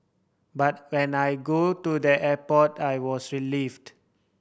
but when I go to their airport I was relieved